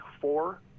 four